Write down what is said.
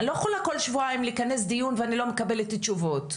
אני לא יכולה כל שבועיים לכנס דיון ואני לא מקבלת תשובות.